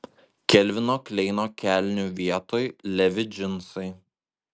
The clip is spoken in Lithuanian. kelvino kleino kelnių vietoj levi džinsai